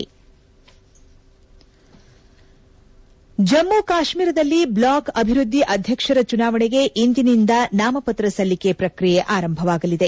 head Jammu ಕಾಶ್ಮೀರದಲ್ಲಿ block ಅಭಿವೃದ್ದಿ ಅಧ್ಯಕ್ಷರ ಚುನಾವಣೆಗೆ ಇಂದಿನಿಂದ ನಾಮಪತ್ರ ಸಲ್ಲಿಕೆ ಪ್ರಕ್ರಿಯೆ ಆರಂಭವಾಗಲಿದೆ